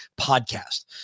podcast